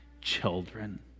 children